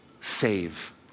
save